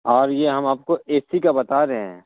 اور یہ ہم آپ کو اے سی کا بتا رہے ہیں